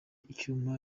icyuma